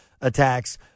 attacks